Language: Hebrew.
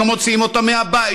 לא מוציאים אותם מהבית,